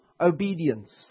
obedience